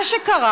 מה שקרה,